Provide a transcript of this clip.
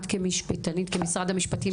את כמשפטנית, כמשרד המשפטים,